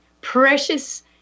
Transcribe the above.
precious